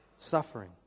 suffering